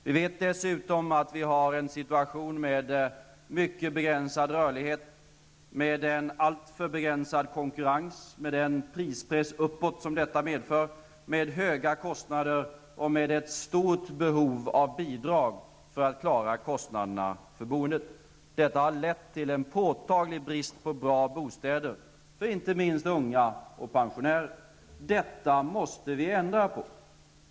Vi vet dessutom att rörligheten är mycket liten, konkurrensen alltför begränsad, med den prispress uppåt som detta medför, höga kostnader och ett stort behov av bidrag för att klara kostnaderna för boendet. Detta har lett till en påtaglig brist på bra bostäder för inte minst unga och pensionärer. Detta måste vi ändra på.